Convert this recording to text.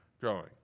growing